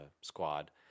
squad